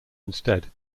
instead